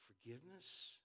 Forgiveness